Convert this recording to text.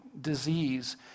disease